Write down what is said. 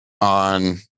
On